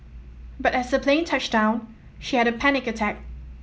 but as the plane touched down she had a panic attack